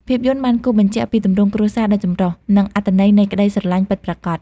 ភាពយន្តបានគូសបញ្ជាក់ពីទម្រង់គ្រួសារដ៏ចម្រុះ និងអត្ថន័យនៃក្ដីស្រឡាញ់ពិតប្រាកដ។